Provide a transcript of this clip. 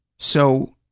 so,